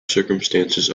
circumstances